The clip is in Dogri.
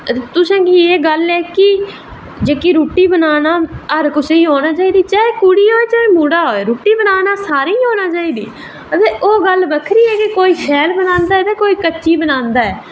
तुसें ते एह् गल्ल ऐ की जेह्की रुट्टी बनाना अगर कुसै गी औना चाहिदी कि चाहे कुड़ियां होऐ जां मुड़ा होऐ रुट्टी बनाना हर कुसै गी औना चाहिदी ते ओह् गल्ल बक्खरी ऐ कि कोई शैल बनांदा ते कोई कच्ची बनांदा